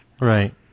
Right